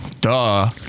Duh